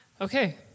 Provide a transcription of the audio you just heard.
Okay